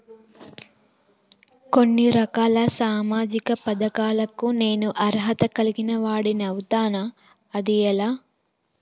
కొన్ని రకాల సామాజిక పథకాలకు నేను అర్హత కలిగిన వాడిని అవుతానా? అది ఎలా?